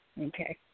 Okay